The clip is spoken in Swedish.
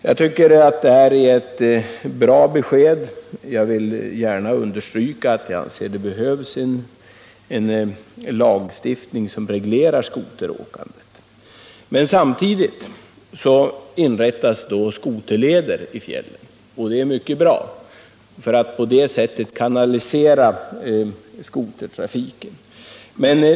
Jag tycker därför att detta är ett bra besked, och jag vill gärna understryka att det behövs en lagstiftning som reglerar skoteråkandet. Samtidigt inrättas skoterleder i fjällen, vilket är mycket bra. På det sättet kan man kanalisera skotertrafiken.